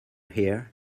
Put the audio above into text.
here